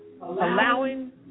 allowing